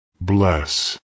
Bless